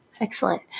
Excellent